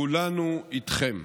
כולנו איתכם.